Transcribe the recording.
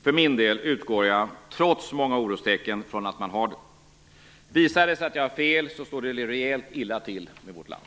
För min del utgår jag, trots många orostecken, från att man har det. Visar det sig att jag har fel, står det rejält illa till med vårt land.